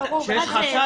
כשיש חשש.